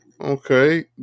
Okay